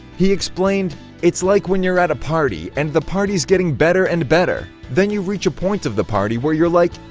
he explained it's like when you're at a party, and the party's getting better and better. then you reach this point of the party where you're like,